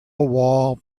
wall